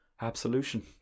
Absolution